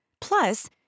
Plus